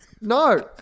no